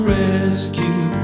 rescue